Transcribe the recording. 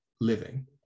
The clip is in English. living